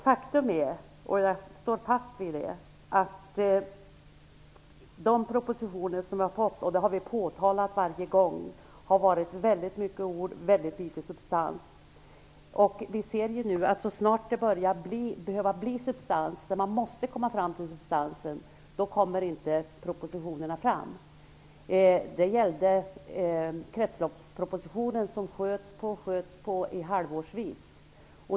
Faktum är, och jag står fast vid det, att det i alla de propositioner som har framlagts har funnits många ord men mycket litet av substans. Vi ser nu också att i de lägen där det skulle behöva bli något av substans, där man måste komma fram till någonting, kommer det inte fram några propositioner. Man sköt t.ex. upp framläggandet av kretsloppspropositionen halvårsvis.